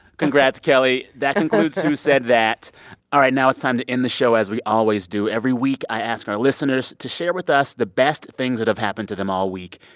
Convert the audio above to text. congrats, kelly. that concludes who said that all right. now it's time to end the show as we always do. every week, i ask our listeners to share with us the best things that have happened to them all week.